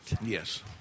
Yes